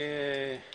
אנחנו